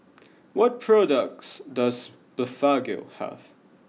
what products does Blephagel have